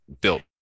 built